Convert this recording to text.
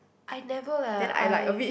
I never leh I